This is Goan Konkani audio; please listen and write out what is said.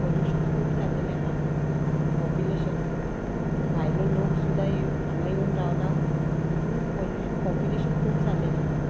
पोल्युशन खूब जाल्लेलें आहा पोप्युलेशन भायलो लोक सुद्दा हांगा येवन रावला तितून पोल्यू पोप्युलेशन खूब जाल्लेलें आहा